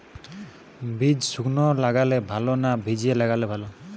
বীজ শুকনো লাগালে ভালো না ভিজিয়ে লাগালে ভালো?